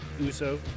Uso